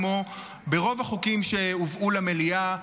כמו ברוב החוקים שהובאו למליאה,